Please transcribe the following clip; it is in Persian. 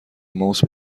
ماوس